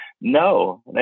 no